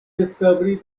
discovery